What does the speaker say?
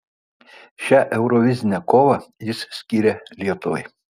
šią eurovizinę kovą jis skyrė lietuvai